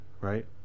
right